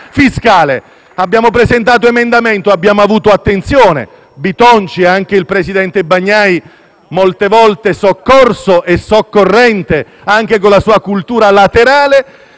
fiscale. Abbiamo presentato un emendamento abbiamo e avuto attenzione. Il senatore Bitonci e anche il presidente Bagnai, molte volte soccorso e soccorrente anche con la sua cultura laterale,